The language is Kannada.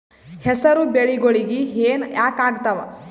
ಹೆಸರು ಬೆಳಿಗೋಳಿಗಿ ಹೆನ ಯಾಕ ಆಗ್ತಾವ?